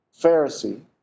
Pharisee